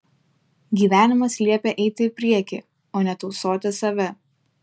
gyvenimas liepia eiti į priekį o ne tausoti save